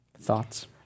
Thoughts